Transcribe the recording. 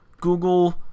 Google